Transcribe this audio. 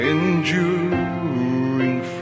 Enduring